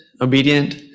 obedient